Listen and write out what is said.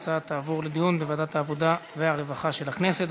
ההצעה תעבור לדיון בוועדת העבודה והרווחה של הכנסת.